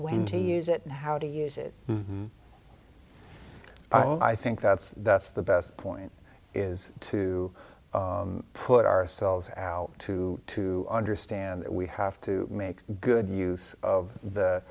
when to use it and how to use it i think that's that's the best point is to put ourselves out to to understand that we have to make good use of the